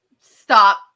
Stop